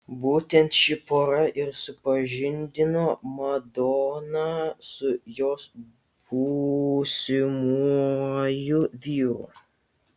būtent ši pora ir supažindino madoną su jos būsimuoju vyru